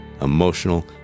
emotional